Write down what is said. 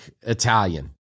Italian